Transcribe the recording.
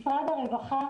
משרד הרווחה,